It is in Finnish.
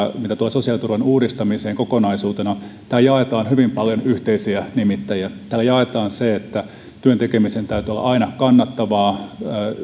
mitä tulee sosiaaliturvan uudistamiseen kokonaisuutena että täällä jaetaan hyvin paljon yhteisiä nimittäjiä täällä jaetaan se että työn tekemisen täytyy olla aina kannattavaa